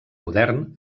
modern